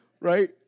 Right